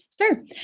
Sure